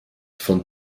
von